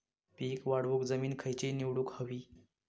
पीक वाढवूक जमीन खैची निवडुक हवी?